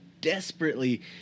desperately